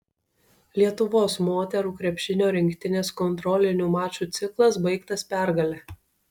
lietuvos moterų krepšinio rinktinės kontrolinių mačų ciklas baigtas pergale